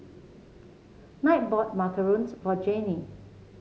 Kinte bought macarons for Janae